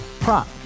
Prop